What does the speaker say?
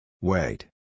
Wait